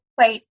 Wait